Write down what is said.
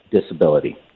disability